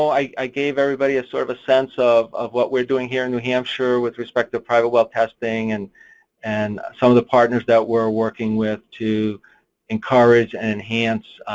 i gave everybody a sort of a sense of of what we're doing here in new hampshire with respect to private well testing, and and some of the partners that we're working with to encourage and enhance